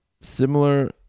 similar